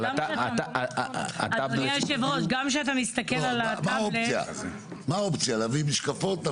מה האופציה להביא משקפות?